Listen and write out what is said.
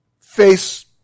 face